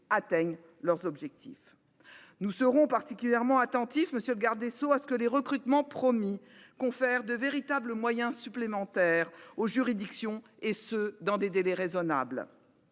atteignent leurs objectifs. Nous serons particulièrement attentifs à ce que les recrutements promis confèrent de véritables moyens humains supplémentaires aux juridictions, et cela dans des délais raisonnables.